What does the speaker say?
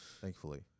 Thankfully